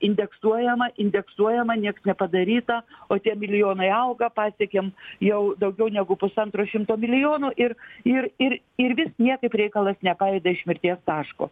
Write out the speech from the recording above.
indeksuojama indeksuojama nieks nepadaryta o tie milijonai auga pasiekėm jau daugiau negu pusantro šimto milijonų ir ir ir ir vis niekaip reikalas nepajuda iš mirties taško